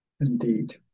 Indeed